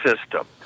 system